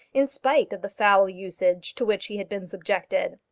in spite of the foul usage to which he had been subjected.